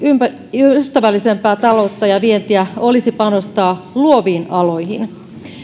ilmastoystävällisempää taloutta ja vientiä olisi panostaa luoviin aloihin